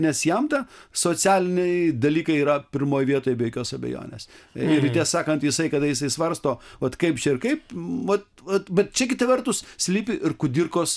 nes jam ta socialiniai dalykai yra pirmoj vietoj be jokios abejonės ir tiesą saknat jisai kada jisai svarsto vat kaip čia ir kaip vat vat bet čia kita vertus slypi ir kudirkos